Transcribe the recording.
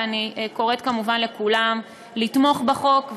ואני קוראת כמובן לכולם לתמוך בחוק,